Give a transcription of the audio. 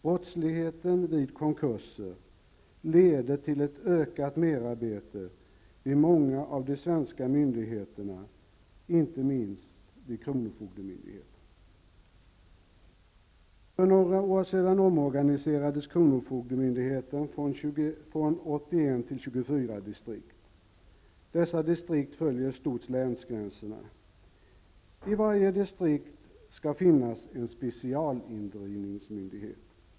Brottsligheten vid konkurser leder till ett ökat merarbete vid många av de svenska myndigheterna, inte minst vid kronofogdemyndigheterna. För några år sedan omorganiserades kronofogdemyndigheterna från 81 till 24 distrikt. Dessa distrikt följer i stort sett länsgränserna. I varje distrikt skall det finnas en specialindrivningsmyndighet.